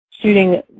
shooting